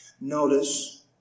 Notice